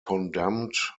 condemned